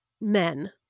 men